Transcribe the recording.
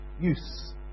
use